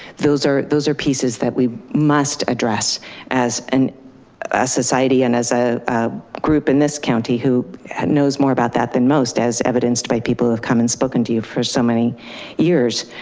those are those are pieces that we must address as a ah society and as a group in this county who knows more about that than most as evidenced by people who have come and spoken to you for so many years.